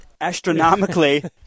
astronomically